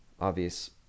obvious